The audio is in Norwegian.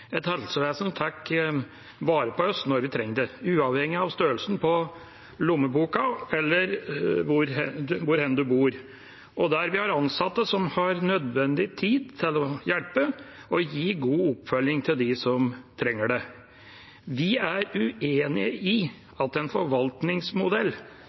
et helsevesen som tar vare på oss når vi trenger det, uavhengig av størrelsen på lommeboka eller hvor man bor, og der vi har ansatte som har nødvendig tid til å hjelpe og gi god oppfølging til dem som trenger det. Vi er